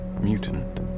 mutant